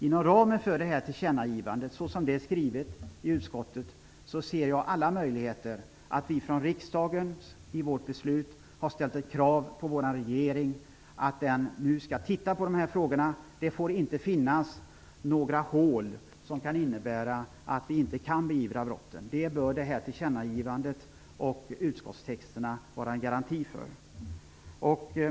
Inom ramen för detta tillkännagivande ser jag, såsom det är skrivet i utskottet, alla möjligheter att vi från riksdagen i vårt beslut har ställt krav på vår regering att den nu skall titta på dessa frågor. Det får inte finnas några hål som kan innebära att vi inte kan beivra brotten. Det bör tillkännagivandet och utskottstexterna vara en garanti för.